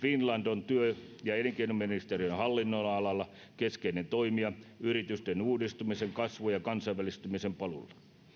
finland on työ ja elinkeinoministeriön hallinnonalalla keskeinen toimija yritysten uudistumisen kasvun ja kansainvälistymisen polulla